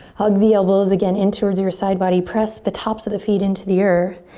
hug the elbows, again, in towards your side body. press the tops of the feet into the earth.